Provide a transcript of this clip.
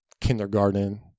Kindergarten